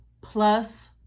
plus